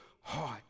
heart